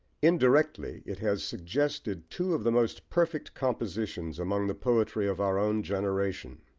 indirectly it has suggested two of the most perfect compositions among the poetry of our own generation.